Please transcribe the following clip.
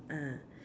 ah